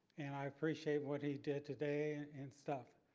and i appreciate what he did today and stuff.